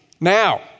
Now